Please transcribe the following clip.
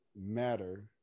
matter